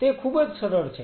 તે ખૂબ જ સરળ છે